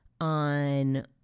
on